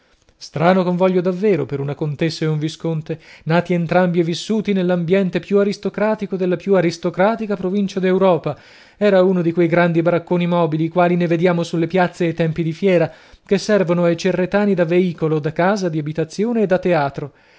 strano convoglio davvero per una contessa ed un visconte nati entrambi e vissuti nell'ambiente più aristocratico della più aristocratica provincia d'europa era uno di quei grandi baracconi mobili quali ne vediamo sulle piazze ai tempi di fiera che servono ai cerretani da veicolo da casa di abitazione e da teatro